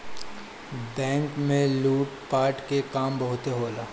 bank में लूट पाट के काम बहुते होला